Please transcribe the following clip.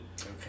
Okay